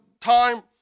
time